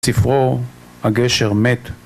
ספרו הגשר מת